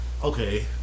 Okay